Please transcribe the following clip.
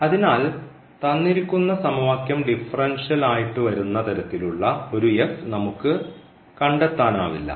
അതിനാൽ തന്നിരിക്കുന്ന സമവാക്യം ഡിഫറൻഷ്യൽ ആയിട്ടു വരുന്ന തരത്തിലുള്ള ഒരു നമുക്ക് കണ്ടെത്താനാവില്ല